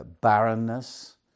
barrenness